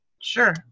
Sure